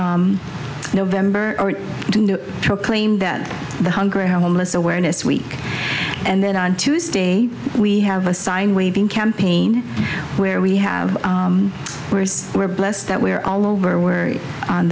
november to proclaim that the hungry homeless awareness week and then on tuesday we have a sign waving campaign where we have worse we're blessed that we're all over we're on